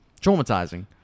traumatizing